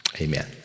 Amen